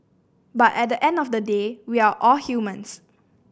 but at the end of the day we're all humans